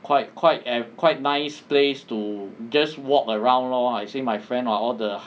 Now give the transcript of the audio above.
quite quite eh quite nice place to just walk around lor I say my friend all the